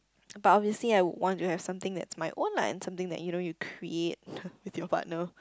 but obviously I would want to have something that's my own lah and something that you know you create with your partner